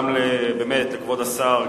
גם לכבוד השר,